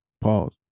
Pause